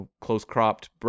close-cropped